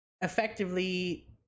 effectively